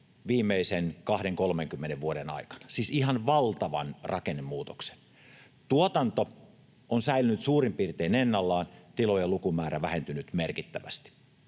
viimeisen 20—30 vuoden aikana, siis ihan valtavan rakennemuutoksen. Tuotanto on säilynyt suurin piirtein ennallaan ja tilojen lukumäärä vähentynyt merkittävästi.